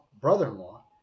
brother-in-law